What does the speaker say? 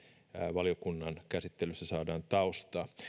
valiokunnan käsittelyssä saadaan taustaa